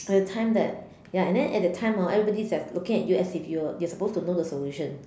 at that time that ya and then at that time orh everybody is looking at you as if you you are supposed to know the solution